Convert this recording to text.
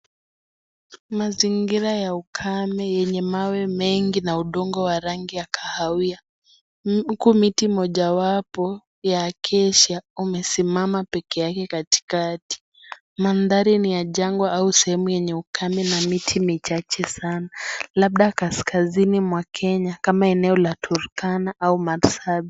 Mazingira ya ukame, yenye mawe mengi na udongo wa rangi ya kahawia. Huku mti mojawapo ya acacia umesimama peke yake katikati. Mandhari ni ya jengo au sehemu yenye ukame na miti michache sana. Labda kaskazini mwa Kenya kama eneo la Turkana au Marsabit.